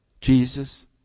Jesus